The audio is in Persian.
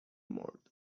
مرد